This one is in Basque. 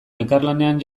elkarlanean